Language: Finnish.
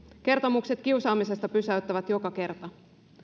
kertomukset kiusaamisesta pysäyttävät joka kerta